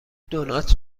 دونات